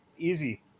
easy